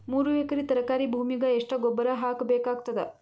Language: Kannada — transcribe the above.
ಮೂರು ಎಕರಿ ತರಕಾರಿ ಭೂಮಿಗ ಎಷ್ಟ ಗೊಬ್ಬರ ಹಾಕ್ ಬೇಕಾಗತದ?